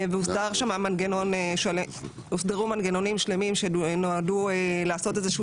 והוסדרו שם מנגנונים שלמים שנועדו לעשות איזשהו